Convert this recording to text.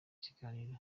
ikiganiro